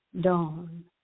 dawn